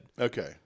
Okay